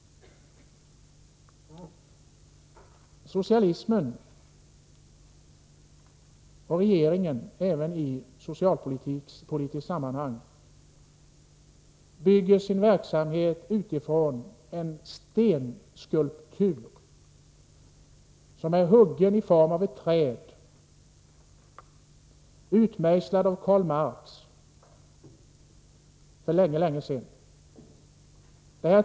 Socialismen och regeringen, även i socialpolitiska sammanhang, bygger sin verksamhet utifrån en stenskulptur, som är huggen i form av ett träd och utmejslad av Karl Marx för länge, länge sedan.